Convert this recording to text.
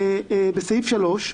בסעיף (3),